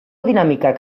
dinamikak